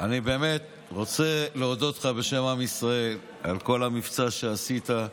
אני באמת רוצה להודות לך בשם עם ישראל על כל המבצע שעשית.